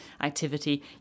activity